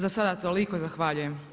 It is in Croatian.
Za sada toliko, zahvaljujem.